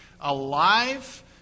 alive